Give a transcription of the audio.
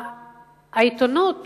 העיתונות